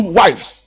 wives